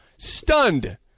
Stunned